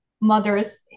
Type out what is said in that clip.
mothers